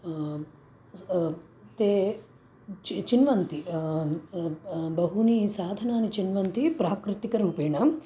ते चि चिन्वन्ति अप् बहूनि साधनानि चिन्वन्ति प्राकृतिकरूपेण